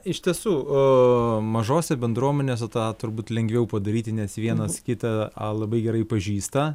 iš tiesų aa mažose bendruomenėse tą turbūt lengviau padaryti nes vienas kitą a labai gerai pažįsta